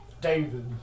David